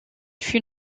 fut